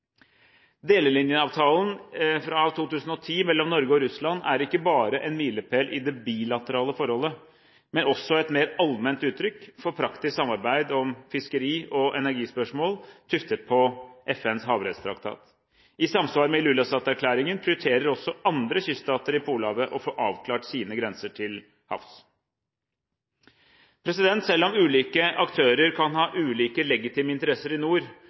Delelinjeavtalen fra 2010 mellom Norge og Russland er ikke bare en milepæl i det bilaterale forholdet, men også et mer allment uttrykk for praktisk samarbeid om fiskeri- og energispørsmål tuftet på FNs havrettstraktat. I samsvar med Ilulissat-erklæringen prioriterer også andre kyststater i Polhavet å få avklart sine grenser til havs. Selv om ulike aktører kan ha ulike legitime interesser i nord,